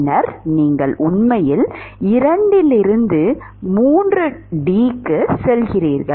பின்னர் நீங்கள் உண்மையில் 2 இலிருந்து 3D க்கு செல்கிறீர்கள்